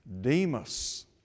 Demas